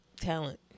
Talent